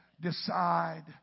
decide